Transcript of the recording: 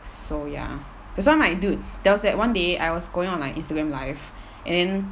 so ya that's why my dude there was that one day I was going on my instagram live and then